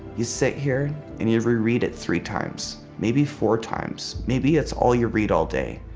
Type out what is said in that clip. you sit here and you reread it three times, maybe four times. maybe it's all you read all day,